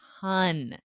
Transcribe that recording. ton